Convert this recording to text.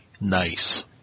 Nice